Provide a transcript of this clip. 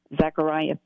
Zechariah